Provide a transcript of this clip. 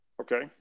okay